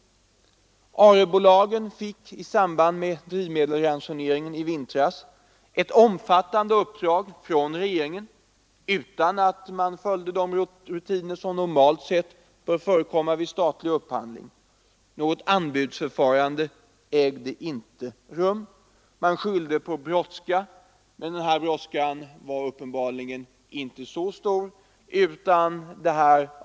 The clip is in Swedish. ARE-bolagen fick i samband med drivmedelsransoneringen i vintras ett omfattande uppdrag från regeringen utan att regeringen följde de rutiner som normalt bör förekomma vid statlig upphandling. Något anbudsförfarande ägde inte rum. Man skyllde på brådska, men den brådskan var uppenbarligen inte särskilt stor.